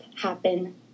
happen